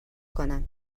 کنم